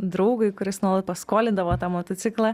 draugui kuris nuolat paskolindavo tą motociklą